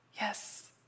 yes